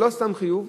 ולא סתם חיוב